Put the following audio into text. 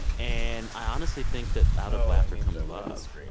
and i honestly think that out of laughter, comes love.